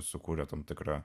sukūrė tam tikrą